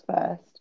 first